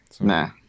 Nah